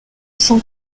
sans